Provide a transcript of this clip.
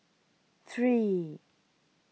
three